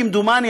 כמדומני,